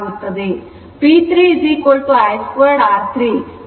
ಮತ್ತು P 3 I 2 R3 118 watt ಆಗುತ್ತದೆ